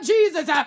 Jesus